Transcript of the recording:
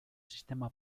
sistema